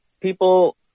people